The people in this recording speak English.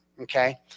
Okay